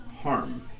harm